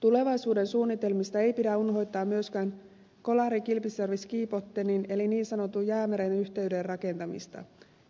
tulevaisuuden suunnitelmista ei pidä unhoittaa myöskään kolarinkilpisjärvenskibotnin eli niin sanotun jäämeren yhteyden rakentamista